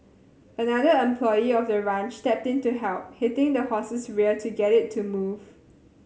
another employee of the ranch stepped in to help hitting the horse's rear to get it to move